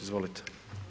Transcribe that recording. Izvolite.